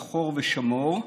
זכור ושמור,